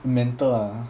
mental ah